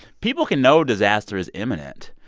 people can know disaster is imminent.